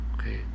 okay